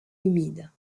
humides